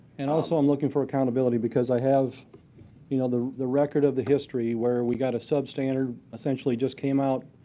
and also, i'm looking for accountability because i have you know the the record of the history where we got a substandard essentially, just came out,